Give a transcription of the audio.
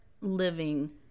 living